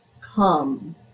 come